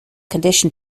condition